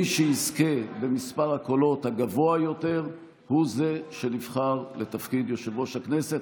מי שיזכה במספר הקולות הגבוה יותר הוא שנבחר לתפקיד יושב-ראש הכנסת.